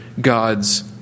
God's